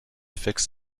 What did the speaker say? fix